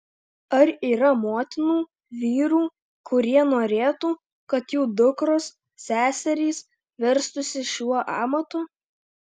ar yra motinų vyrų kurie norėtų kad jų dukros seserys verstųsi šiuo amatu